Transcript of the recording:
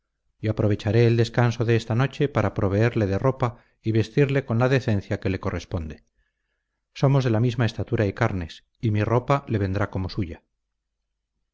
y aprovecharé el descanso de esta noche para proveerle de ropa y vestirle con la decencia que le corresponde somos de la misma estatura y carnes y mi ropa le vendrá como suya